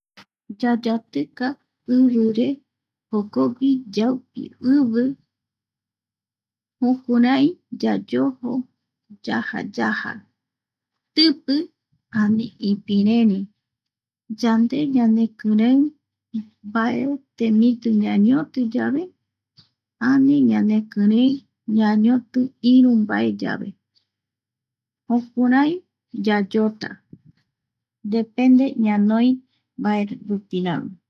Yayatika ivi re jokogui yaupi ivi, jukurai yayojo yaja, yaja, tipi ani ipireri. Ande ñanekirei mbae temiti ñañono yave ani ñanekireï ñañoti iru mbae, yave jukurao yayota depende ñanoi mbae rupi rami.